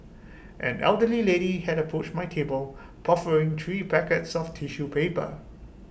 an elderly lady had approached my table proffering three packets of tissue paper